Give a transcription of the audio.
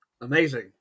Amazing